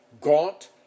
gaunt